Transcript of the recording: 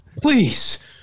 Please